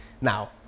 Now